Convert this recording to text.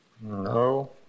No